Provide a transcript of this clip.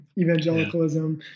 evangelicalism